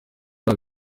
aha